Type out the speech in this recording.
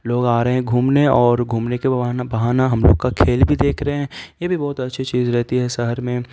لوگ آ رہے ہیں گھومنے اور گھومنے کے وہ بہانا ہم لوگ کا کھیل بھی دیکھ رہے ہیں یہ بہت اچھی چیز رہتی ہے شہر میں